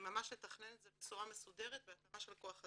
ממש לתכנן את זה בצורה מסודרת והתאמה של כוח אדם.